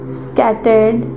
scattered